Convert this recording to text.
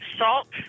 salt